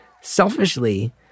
Selfishly